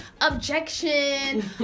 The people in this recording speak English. objection